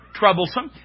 troublesome